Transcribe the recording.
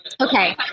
okay